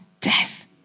death